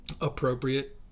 appropriate